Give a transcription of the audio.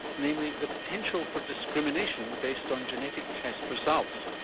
namely the potential for discrimination based on genetic test results,